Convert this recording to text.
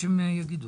בבקשה.